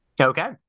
Okay